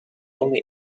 only